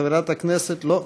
חברת הכנסת לא,